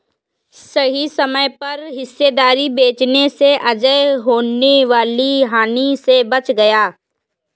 सही समय पर हिस्सेदारी बेचने से अजय होने वाली हानि से बच गया